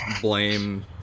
blame